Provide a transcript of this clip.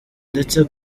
ndetse